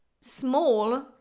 small